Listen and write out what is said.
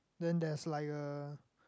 then there's like a